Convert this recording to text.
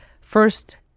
first